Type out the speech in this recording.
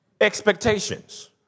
Expectations